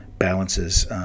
Balances